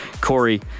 Corey